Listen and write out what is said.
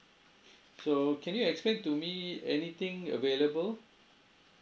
so can you explain to me anything available